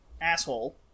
asshole